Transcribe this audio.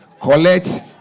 collect